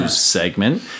segment